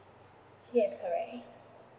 yes correct